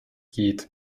geht